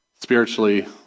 spiritually